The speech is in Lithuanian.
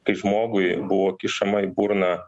kai žmogui buvo kišama į burną